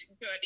good